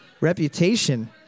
reputation